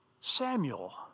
Samuel